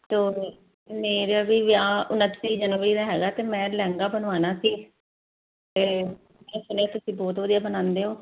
ਤੋ ਮੇਰਾ ਵੀ ਵਿਆਹ ਉਣੱਤੀ ਜਨਵਰੀ ਦਾ ਹੈਗਾ ਤੇ ਮੈਂ ਲੈਂਦਾ ਬਣਵਾਉਣਾ ਸੀ ਮੈਂ ਸੁਣਿਆ ਤੁਸੀਂ ਬਹੁਤ ਵਧੀਆ ਬਣਾਉਂਦੇ ਹੋ